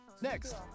Next